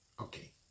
Okay